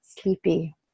sleepy